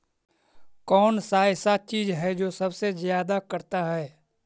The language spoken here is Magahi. कौन सा ऐसा चीज है जो सबसे ज्यादा करता है?